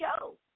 show